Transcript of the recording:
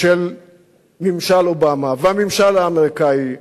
של ממשל אובמה והממשל האמריקני,